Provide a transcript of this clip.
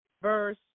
verse